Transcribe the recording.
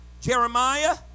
Jeremiah